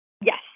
yes